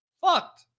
fucked